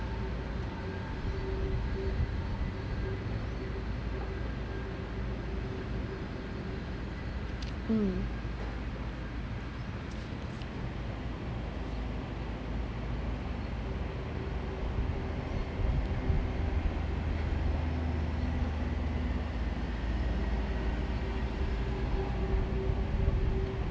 mm